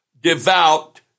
devout